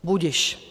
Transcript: Budiž.